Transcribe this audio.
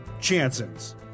Chanson's